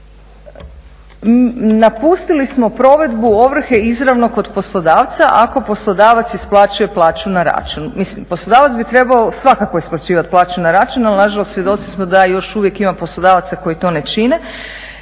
Napustili smo provedbu ovrhe izravno kod poslodavca ako poslodavac isplaćuje plaću na račun. Mislim, poslodavac bi trebao svakako isplaćivati plaću na račun ali nažalost svjedoci smo da još uvijek ima poslodavaca koji to ne čine.